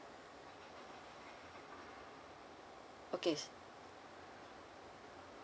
okay